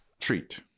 treat